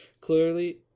Clearly